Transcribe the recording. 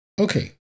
Okay